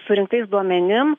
surinktais duomenim